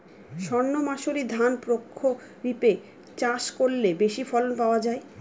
সর্ণমাসুরি ধান প্রক্ষরিপে চাষ করলে বেশি ফলন পাওয়া যায়?